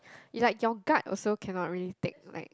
it's like your gut also cannot really take like